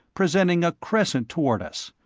presenting a crescent toward us,